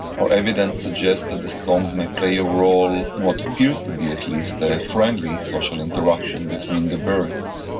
our evidence suggests that the songs may play a role in what appears to be, at least, a friendly social interaction between the birds.